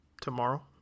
tomorrow